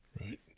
right